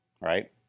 Right